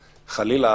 חלילה,